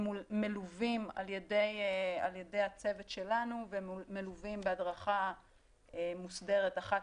הם מלווים על ידי הצוות שלנו ומלווים בהדרכה מוסדרת אחת